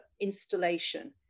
installation